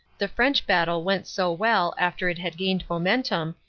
the french battle went so well after it had gained momentum,